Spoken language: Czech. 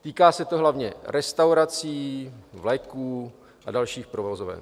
Týká se to hlavně restaurací, vleků a dalších provozoven.